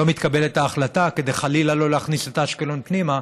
לא מתקבלת ההחלטה כדי חלילה לא להכניס את אשקלון פנימה,